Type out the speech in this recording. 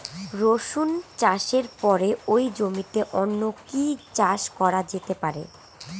রসুন চাষের পরে ওই জমিতে অন্য কি চাষ করা যেতে পারে?